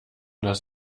das